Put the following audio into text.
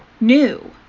new